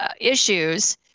issues